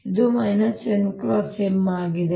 ಇದು n M ಆಗಿದೆ